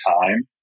time